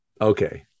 okay